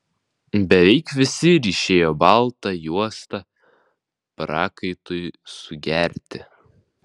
beveik visi ryšėjo baltą juostą prakaitui sugerti